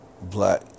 Black